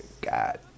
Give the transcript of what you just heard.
God